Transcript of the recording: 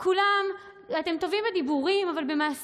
הייתם טובים בדיבורים, נופת צופים, אבל במעשים,